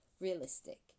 realistic